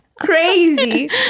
Crazy